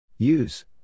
Use